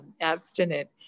abstinent